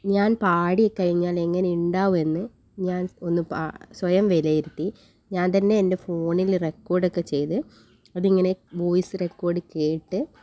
ഞാൻ പാടി കഴിഞ്ഞാൽ എങ്ങനെ ഉണ്ടാവുമെന്ന് ഞാൻ ഒന്ന് പാ സ്വയം വിലയിരുത്തി ഞാൻ തന്നെ എൻ്റെ ഫോണിൽ റെക്കോഡ് ഒക്കെ ചെയ്ത് അതിങ്ങനെ വോയിസ് റെക്കോഡ് കേട്ട്